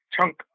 chunk